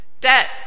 Debt